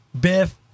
Biff